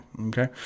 Okay